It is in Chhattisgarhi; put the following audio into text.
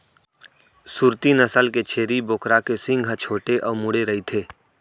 सूरती नसल के छेरी बोकरा के सींग ह छोटे अउ मुड़े रइथे